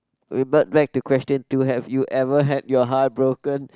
wait but like to question too have you ever had your heart broken